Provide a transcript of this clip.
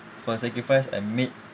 for sacrifice I made